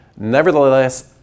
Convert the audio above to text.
Nevertheless